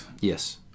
Yes